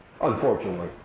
unfortunately